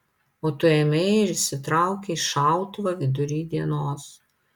o tu ėmei ir išsitraukei šautuvą vidury dienos